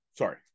sorry